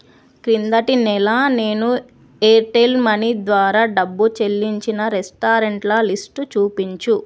క్రిందటి నెల నేను ఎయిర్టెల్ మనీ ద్వారా డబ్బు చెల్లించిన రెస్టారెంట్ల లిస్టు చూపించు